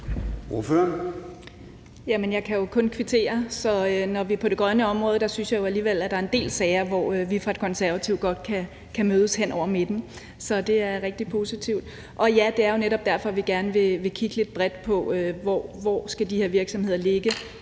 Jeg kan kun kvittere. Når vi er på det grønne område, synes jeg jo alligevel, der er en del sager, hvor vi fra Det Konservative Folkeparti godt kan mødes med nogle hen over midten, så det er rigtig positivt. Og ja, det er jo netop derfor, vi gerne vil kigge lidt bredt på, hvor de her virksomheder skal